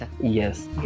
yes